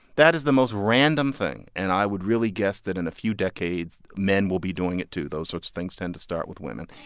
that is the most random thing. and i would really guess that in a few decades men will be doing it, too. those sorts things tend to start with women.